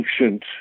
ancient